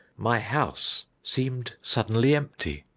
my house seemed suddenly empty.